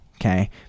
okay